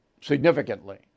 significantly